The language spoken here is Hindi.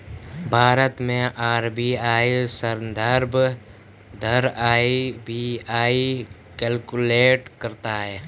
भारत में आर.बी.आई संदर्भ दर आर.बी.आई कैलकुलेट करता है